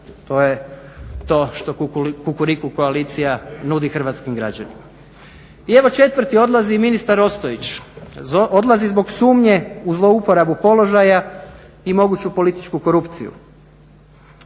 to je to što Kukuriku koalicija nudi hrvatskim građanima. I evo četvrti odlazi ministar Ostojić, odlazi zbog sumnje u zlouporabu položaja i moguću političku korupciju.